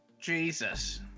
Jesus